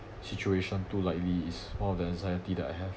situation too lightly is one of the anxiety that I have